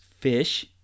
fish